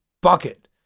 bucket